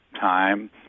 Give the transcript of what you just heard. time